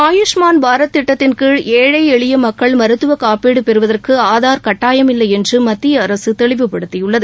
ஆயுஷ்மான் பாரத் திட்டத்தின் கீழ் ஏழை எளிய மக்கள் மருத்துவ காப்பீடு பெறுவதற்கு ஆதார் கட்டாயமில்லை என்று மத்திய அரசு தெளிவுபடுத்தியுள்ளது